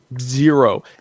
Zero